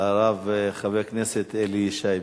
הרב חבר הכנסת אלי ישי.